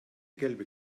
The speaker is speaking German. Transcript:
gelbe